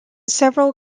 several